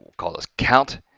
call this count.